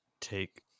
take